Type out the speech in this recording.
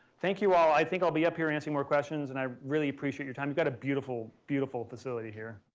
thank you all. i think i'll be up here answering more questions and i really appreciate your time. you've got a beautiful, beautiful facility here.